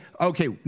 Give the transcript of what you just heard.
okay